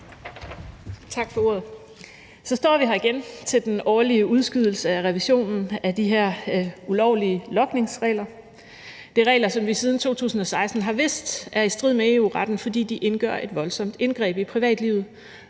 Tak for ordet. Så står vi her igen til den årlige udskydelse af revisionen af de her ulovlige logningsregler. Det er regler, som vi siden 2016 har vidst er i strid med EU-retten, fordi de udgør et voldsomt indgreb i privatlivet,